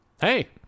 Hey